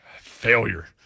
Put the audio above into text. Failure